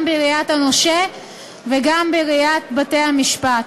גם בראיית הנושה וגם בראיית בתי-המשפט.